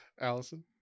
Allison